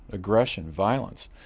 aggression, violence,